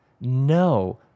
No